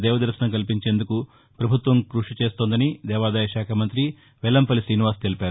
దైవ దర్శనం కల్పించేందుకు ప్రభుత్వం కృషి చేస్తోందని దేవాదాయ శాఖ మంతి వెల్లంపల్లి త్రీనివాస్ తెలిపారు